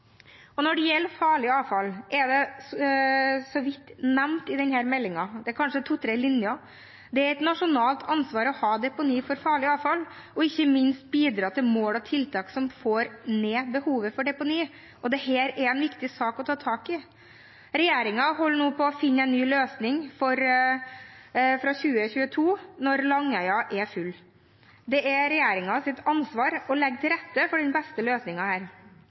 leker. Når det gjelder farlig avfall, er det så vidt nevnt i denne meldingen, det er kanskje to–tre linjer. Det er et nasjonalt ansvar å ha deponi for farlig avfall, ikke minst å bidra til mål og tiltak som får ned behovet for deponi. Dette er en viktig sak å ta tak i. Regjeringen holder nå på å finne en ny løsning fra 2022, når Langøya er full. Det er regjeringens ansvar å legge til rette for den beste